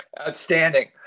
Outstanding